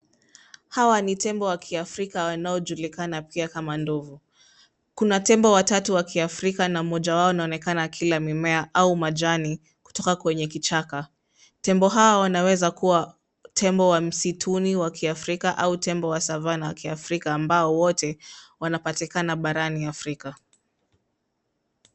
Hawa ni tembo wa Kiafrika wanaojulikana pia kama ndovu. Kuna tembo watatu wa Kiafrika, na mmoja wao anaonekana akila mimea au majani kutoka kwenye kichaka. Tembo hawa wanaweza kuwa tembo wa msituni wa Kiafrika au tembo wa savana wa Kiafrika, ambao wote wanapatikana barani Afrika.